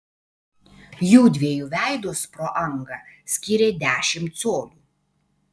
jųdviejų veidus pro angą skyrė dešimt colių